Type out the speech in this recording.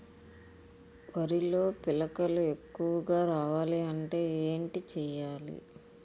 వరిలో పిలకలు ఎక్కువుగా రావాలి అంటే ఏంటి చేయాలి?